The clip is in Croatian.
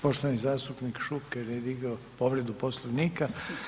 Poštovani zastupnik Šuker je digao povredu poslovnika.